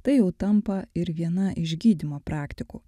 tai jau tampa ir viena iš gydymo praktikų